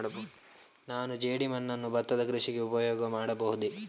ನಾನು ಜೇಡಿಮಣ್ಣನ್ನು ಭತ್ತದ ಕೃಷಿಗೆ ಉಪಯೋಗ ಮಾಡಬಹುದಾ?